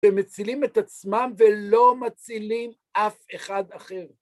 שמצילים את עצמם ולא מצילים אף אחד אחר.